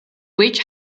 witch